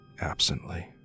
absently